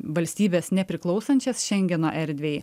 valstybes nepriklausančias šengeno erdvei